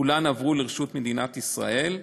כולן עברו לרשות מדינת ישראל.